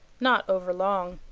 not over long.